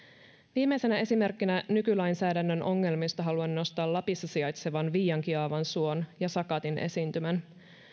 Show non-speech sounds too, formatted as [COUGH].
viimeisenä esimerkkinä nykylainsäädännön ongelmista haluan nostaa lapissa sijaitsevan viiankiaavan suon [UNINTELLIGIBLE] ja sakatin esiintymän